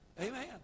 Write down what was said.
Amen